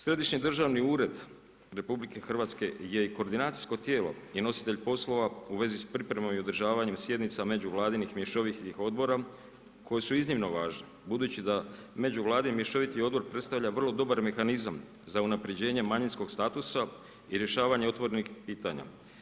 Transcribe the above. Središnji državni ured RH je i koordinacijsko tijelo i nositelj poslova u vezi s pripremom i održavanje sjednica međuvladinih mješovitih odbora, koji su iznimno važni, budući da međuvladini mješoviti odbor predstavlja vrlo dobar mehanizam za unaprjeđenje manijskog statusa i rješavanje otvornih pitanja.